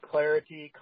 Clarity